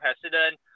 president